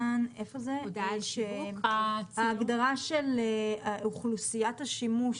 ההגדרה של אוכלוסיית השימוש,